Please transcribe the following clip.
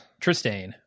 Tristane